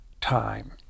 time